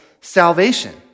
salvation